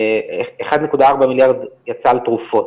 1.4 מיליארד יצא על תרופות,